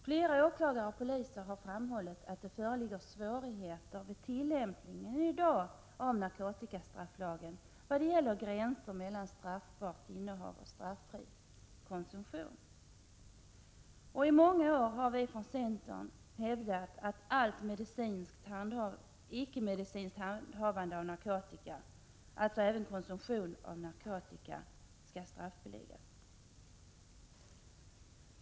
Flera åklagare och poliser har framhållit att det föreligger svårigheter vid tillämpningen av narkotikastrafflagen vad gäller gränsen mellan straffbart innehav och straffri konsumtion. I många år har vi från centerns sida hävdat att allt icke-medicinskt handhavande av narkotika, alltså även konsumtion av narkotika, måste straffbeläggas.